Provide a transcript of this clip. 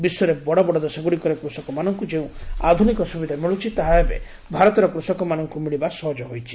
ବିଶ୍ୱର ବଡବଡ ଦେଶଗୁଡ଼ିକରେ କୃଷକମାନଙ୍କୁ ଯେଉଁ ଆଧୁନିକ ସୁବିଧା ମିଳୁଛି ତାହା ଏବେ ଭାରତର କୃଷକମାନଙ୍କୁ ମିଳିବା ସହଜ ହୋଇଛି